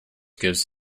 gives